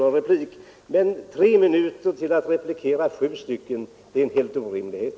Att replikera sju talare på tre minuter är helt omöjligt.